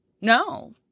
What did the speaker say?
No